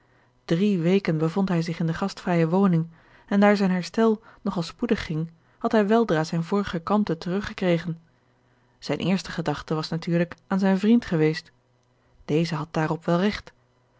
drie weken bevond hij zich in de gastvrije woning en daar zijn herstel nog al spoedig ging had hij weldra zijne vorige kalmte terug gekregen zijne eerste gedachte was natuurlijk aan zijn vriend geweest deze had daarop wel regt